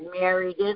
married